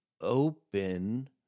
open